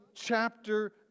chapter